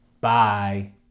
Bye